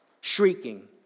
shrieking